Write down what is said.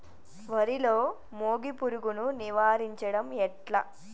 వరిలో మోగి పురుగును నివారించడం ఎట్లా?